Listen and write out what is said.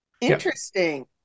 Interesting